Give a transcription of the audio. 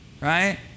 right